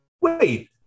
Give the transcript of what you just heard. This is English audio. wait